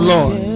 Lord